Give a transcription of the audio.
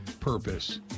purpose